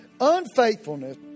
Unfaithfulness